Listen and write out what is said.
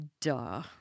Duh